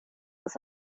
ist